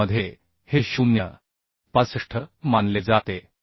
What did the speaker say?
कोडमध्ये हे 0 मानले जाते